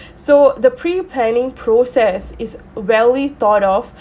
so the pre planning process is very thought of